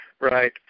right